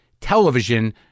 television